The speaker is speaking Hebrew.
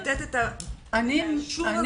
לתת את האישור הזה ולהגיד לה את בסדר.